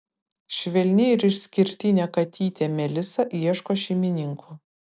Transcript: švelni ir išskirtinė katytė melisa ieško šeimininkų